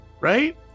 Right